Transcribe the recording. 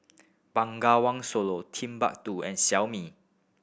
Bengawan Solo Timbuk Two and Xiaomi